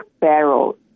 barrel